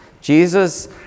Jesus